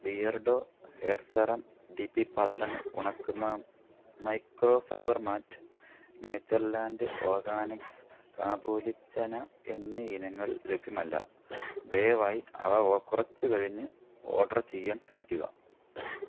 Beardo hair serum D P പാത്രങ്ങൾ ഉണക്കുന്ന microfibre mat Natureland Organics kabuli chana എന്നീ ഇനങ്ങൾ ലഭ്യമല്ല ദയവായി അവ ഒ കുറച്ച് കഴിഞ്ഞു ഓർഡർ ചെയ്യാൻ ശ്രമിക്കുക